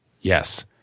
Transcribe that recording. Yes